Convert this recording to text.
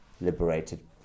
liberated